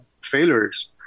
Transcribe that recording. failures